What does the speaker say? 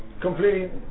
completely